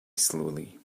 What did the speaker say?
slowly